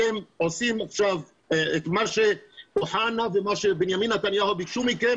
אתם עושים עכשיו את מה שאוחנה ומה שבנימין נתניהו ביקשו מכם